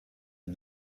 and